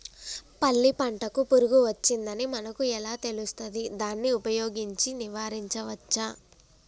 పల్లి పంటకు పురుగు వచ్చిందని మనకు ఎలా తెలుస్తది దాన్ని ఉపయోగించి నివారించవచ్చా?